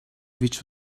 which